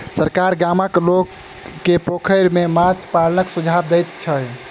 सरकार गामक लोक के पोखैर में माछ पालनक सुझाव दैत छै